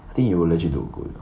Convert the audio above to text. I think you will legit do good